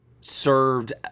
served